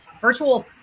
virtual